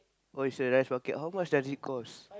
oh it's a rice bucket how much does it cost